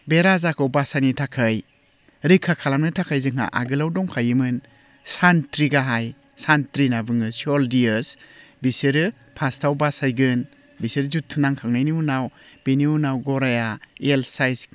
बे राजाखौ बासायनो थाखाय रैखा खालामनो थाखाय जोंहा आगोलाव दंखायोमोन सानथ्रि गाहाय सान्थ्रि होनना बुङो सलजोर्स बिसोरो फार्स्टआव बाहायगोन बिसोर जुद्ध नांखांनायनि उनाव बिनि उनाव गराइया एल साइस